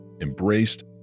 embraced